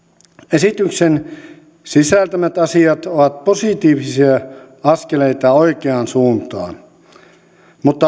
esityksen sisältämät asiat ovat positiivisia askeleita oikeaan suuntaan mutta